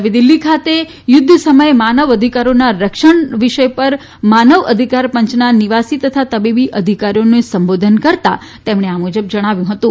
નવી દિલ્હી ખાતે યુદ્ધ સમયે માનવ અધિકારોના રક્ષણ વિષય પર માનવ અધિકાર પંચના નિવાસી તથા તબીબી અધિકારીઓને સંબોધન કરતાં તેમણે આ મુજબ જણાવ્યું હતું